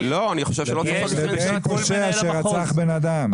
לבין פושע שרצח בן אדם.